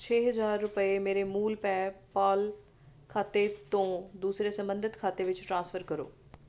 ਛੇ ਹਜ਼ਾਰ ਰੁਪਏ ਮੇਰੇ ਮੂਲ ਪੈਪਾਲ ਖਾਤੇ ਤੋਂ ਦੂਸਰੇ ਸੰਬੰਧਿਤ ਖਾਤੇ ਵਿੱਚ ਟ੍ਰਾਂਸਫਰ ਕਰੋ